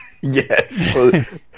Yes